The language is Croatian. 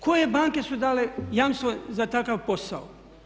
Koje banke su dale jamstvo za takav posao?